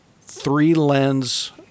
three-lens